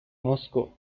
moscow